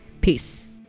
Peace